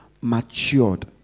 matured